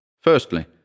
Firstly